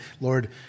Lord